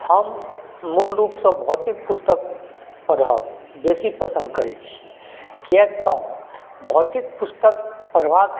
हम मूल रूपसंँ भौतिक पुस्तक पढ़ब बेसी पसंद करैत छी किआकि तऽ भौतिक पुस्तक पढ़बाक